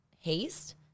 haste